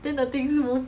then the things move